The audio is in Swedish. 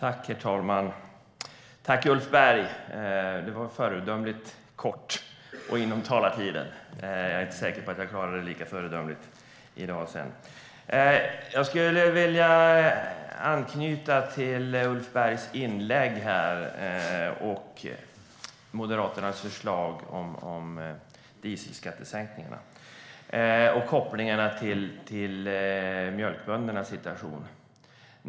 Herr talman! Tack, Ulf Berg - det var föredömligt kort och inom talartiden! Jag är inte säker på att jag klarar det lika föredömligt senare i dag. Jag skulle vilja anknyta till Ulf Bergs inlägg och Moderaternas förslag om dieselskattesänkningarna och kopplingarna till mjölkböndernas situation.